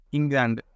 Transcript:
England